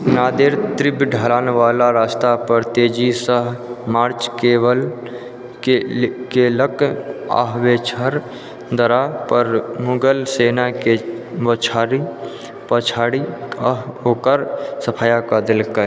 नादेर तीव्र ढलानवला रास्तापर तेजीसँ मार्च केलक आ बैछड़ दर्रापर मुगल सेनाकेँ पछाड़ि कऽ ओकर सफाया कऽ देलकै